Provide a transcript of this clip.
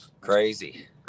Crazy